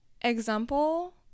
example